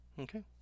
Okay